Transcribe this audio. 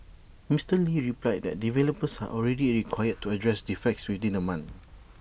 Mister lee replied that developers are already required to address defects within A month